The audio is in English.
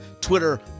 Twitter